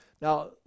Now